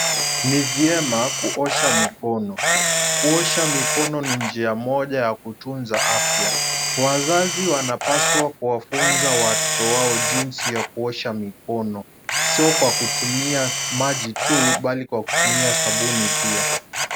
Ni vyema kuosha mikono, kuosha mikono ni njia moja ya kutunza afya. Wazazi wanapaswa kuwafunza watoto wao jinsi ya kuosha mikono, sio kwa kutumia maji tu bali kwa kutumia sabuni pia.